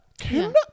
Canada